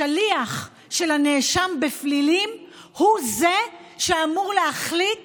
השליח של הנאשם בפלילים הוא שאמור להחליט